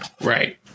right